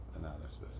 analysis